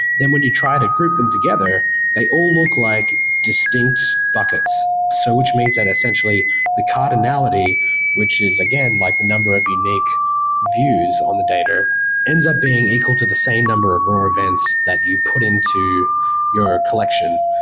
when you try to group them together, they all look like distinct buckets, so which means that essentially the cardinality which is, again, like the number of unique views on the data ends up being equal to the same number of raw events that you put into your collection.